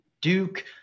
Duke